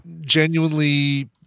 genuinely